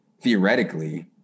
theoretically